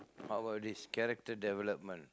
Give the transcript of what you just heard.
how about this character development